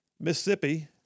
Mississippi